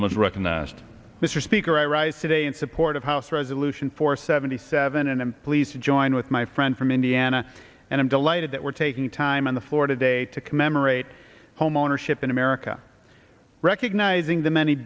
the most recognized mr speaker i rise today in support of house resolution four seventy seven and i'm pleased to join with my friend from indiana and i'm delighted that we're taking time on the floor today to commemorate homeownership in america recognizing the many